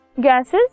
gases